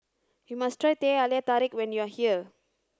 you must try Teh Halia Tarik when you are here